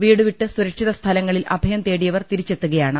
വീടുവിട്ട് സുരക്ഷിത സ്ഥലങ്ങളിൽ അഭയം തേടിയവർ തിരിച്ചെത്തുകയാണ്